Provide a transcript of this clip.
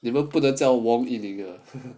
你们不得叫 warm illegal